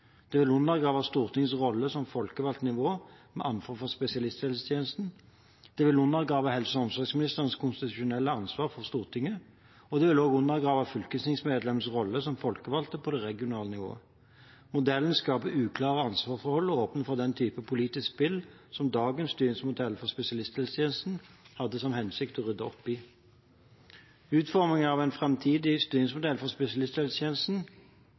Det vil undergrave Stortingets rolle som folkevalgt nivå med ansvar for spesialisthelsetjenesten, det vil undergrave helse- og omsorgsministerens konstitusjonelle ansvar for Stortinget, og det vil også undergrave fylkestingsmedlemmenes rolle som folkevalgte på det regionale nivået. Modellen skaper uklare ansvarsforhold og åpner for den type politisk spill som dagens styringsmodell for spesialisthelsetjenesten hadde til hensikt å rydde opp i. Utformingen av en framtidig styringsmodell for spesialisthelsetjenesten